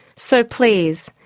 so please,